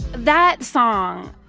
that song,